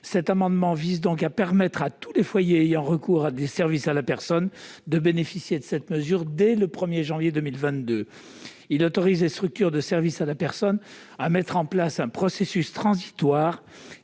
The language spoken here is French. Cet amendement vise à permettre à tous les foyers ayant recours à des services à la personne de bénéficier de cette mesure dès le 1 janvier 2022. Il s'agirait d'autoriser les structures de services à la personne à mettre en place un processus transitoire